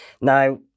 Now